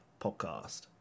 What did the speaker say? Podcast